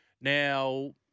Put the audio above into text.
Now